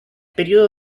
período